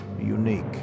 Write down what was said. unique